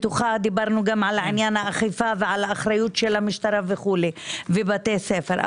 דיברנו גם על עניין האכיפה ואחריות המשטרה וכו' בבתי ספר.